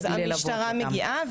המשטרה מגיעה.